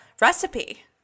recipe